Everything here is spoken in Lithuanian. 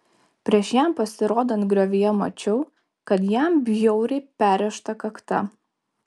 prieš jam pasirodant griovyje mačiau kad jam bjauriai perrėžta kakta